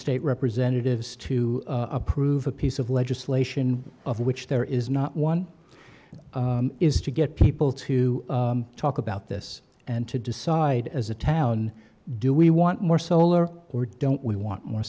state representatives to approve a piece of legislation of which there is not one is to get people to talk about this and to decide as a town do we want more solar or don't we want more